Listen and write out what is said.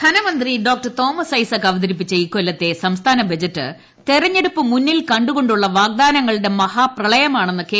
ധനമന്ത്രി തോമസ് ഐസക് അവത്തിപ്പിച്ച ഇക്കൊല്ലത്തെ സംസ്ഥാന ബജറ്റ് തെരഞ്ഞെടുപ്പ് മുന്നീൽ കണ്ടുകൊണ്ടുള്ള വാഗ്ദാനങ്ങളുടെ മഹാപ്രളയമാണെന്ന് കെ